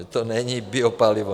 Že to není biopalivo.